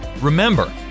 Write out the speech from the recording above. Remember